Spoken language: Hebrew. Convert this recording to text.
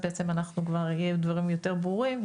בעצם אנחנו כבר נהיה עם דברים יותר ברורים,